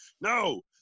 no